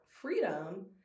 freedom